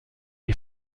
est